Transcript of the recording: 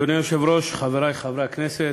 אדוני היושב-ראש, חברי חברי הכנסת,